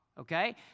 okay